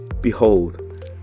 Behold